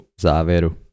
závěru